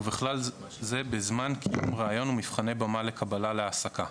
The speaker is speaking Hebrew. ובכלל זה בזמן קיום ראיון ומבחני במה לקבלה להעסקה.